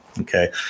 okay